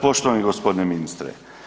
Poštovani g. ministre.